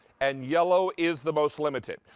and yellow is the most limited.